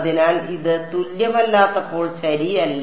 അതിനാൽ ഇത് തുല്യമല്ലാത്തപ്പോൾ ശരിയല്ല